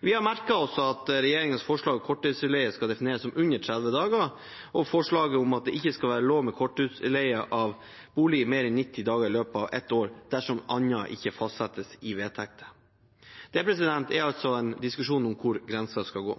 Vi har merket oss at regjeringens forslag til korttidsutleie skal defineres som under 30 dager, og forslaget om at det ikke skal være lov med korttidsutleie av bolig mer enn 90 dager i løpet av ett år, dersom annet ikke fastsettes i vedtekter. Det er en diskusjon om hvor grensen skal gå.